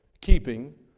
keeping